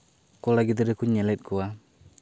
ᱠᱚᱲᱟ ᱜᱤᱫᱽᱨᱟᱹ ᱠᱚᱧ ᱧᱮᱞᱮᱫ ᱠᱚᱣᱟ